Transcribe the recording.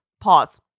Pause